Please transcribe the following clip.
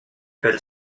per